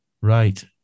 Right